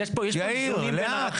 יש פה איזונים ובלמים.